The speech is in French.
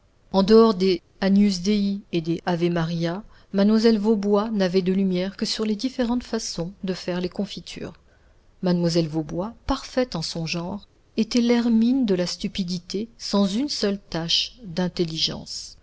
en dehors des agnus dei et des ave maria mlle vaubois n'avait de lumières que sur les différentes façons de faire les confitures mlle vaubois parfaite en son genre était l'hermine de la stupidité sans une seule tache d'intelligence